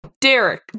Derek